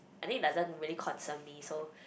I think it doesn't really concern me so